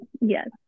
yes